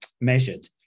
measured